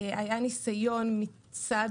היה ניסיון מצד